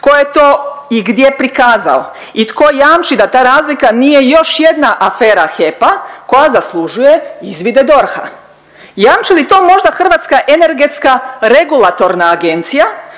Tko je to i gdje prikazao i tko jamči da ta razlika nije još jedna afera HEP-a koja zaslužuje izvide DORH-a? Jamči li to možda Hrvatska energetska regulatorna agencija